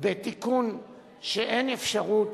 בתיקון שאין אפשרות